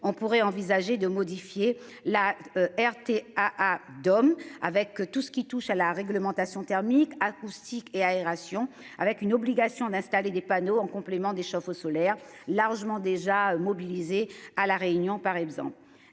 on pourrait envisager de modifier la RTT ah d'hommes avec tout ce qui touche à la réglementation thermique acoustique et aération avec une obligation d'installer des panneaux en complément des chauffe-eau solaires largement déjà mobilisés à la Réunion par exemple